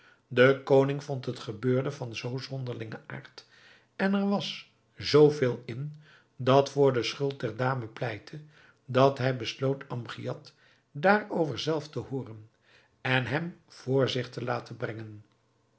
de koning vond het gebeurde van zoo zonderlingen aard en er was zoo veel in dat voor de schuld der dame pleitte dat hij besloot amgiad daarover zelf te hooren en hem voor zich te laten brengen